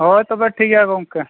ᱦᱳᱭ ᱛᱚᱵᱮ ᱴᱷᱤᱠ ᱜᱮᱭᱟ ᱜᱚᱢᱠᱮ